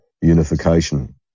unification